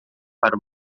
para